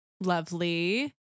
lovely